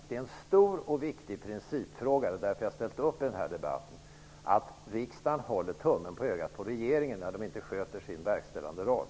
Det är en stor och viktig principfråga -- det är därför jag har ställt upp i den här debatten -- att riksdagen håller tummen på ögat på regeringen när den inte sköter sin verkställande roll.